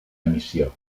emissió